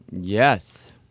Yes